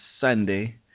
Sunday